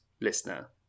listener